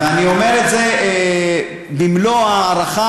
ואני אומר את זה במלוא ההערכה.